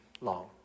long